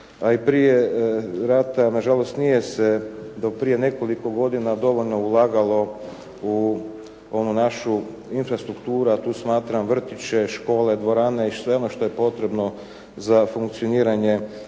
prije rata nažalost nije se do prije nekoliko godina dovoljno ulagalo u onu našu infrastrukturu a tu smatram vrtiće, škole, dvorane i sve ono što je potrebno za funkcioniranje,